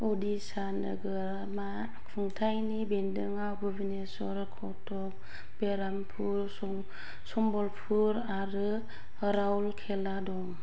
ओडिशा नोगोरमा खुंथाइयनि बेन्दोंआव भुवनेश्वर कटक बेरहामपुर संबलपुर आरो राउरकेला दं